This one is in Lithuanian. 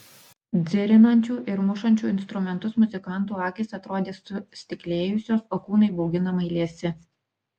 dzirinančių ir mušančių instrumentus muzikantų akys atrodė sustiklėjusios o kūnai bauginamai liesi